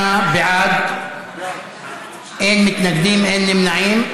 38 בעד, אין מתנגדים, אין נמנעים.